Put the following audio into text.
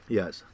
yes